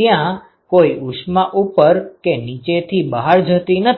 ત્યાં કોઈ ઉષ્મા ઉપર કે નીચેથી બહાર જતી નથી